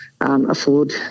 Afford